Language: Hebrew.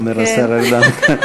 זה היה השיקול המרכזי, אומר השר ארדן.